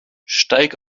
steig